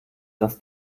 dass